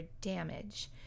damage